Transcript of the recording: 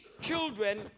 children